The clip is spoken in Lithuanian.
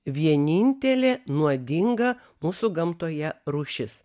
vienintelė nuodinga mūsų gamtoje rūšis